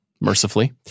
mercifully